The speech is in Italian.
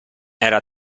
era